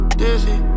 dizzy